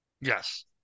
Yes